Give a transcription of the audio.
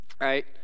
right